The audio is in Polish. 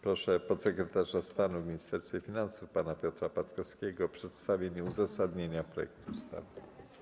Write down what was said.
Proszę podsekretarza stanu w Ministerstwie Finansów pana Piotra Patkowskiego o przedstawienie uzasadnienia projektu ustawy.